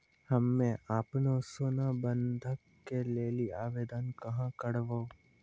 हम्मे आपनौ सोना बंधन के लेली आवेदन कहाँ करवै?